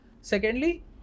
Secondly